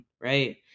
right